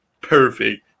perfect